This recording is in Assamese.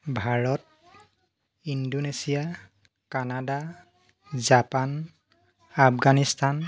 Bharat Indonesia Canada Japan Afghanistan